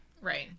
Right